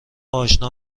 آشنا